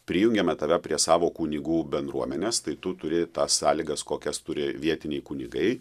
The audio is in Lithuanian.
prijungiame tave prie savo kunigų bendruomenės tai tu turi tas sąlygas kokias turi vietiniai kunigai